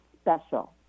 special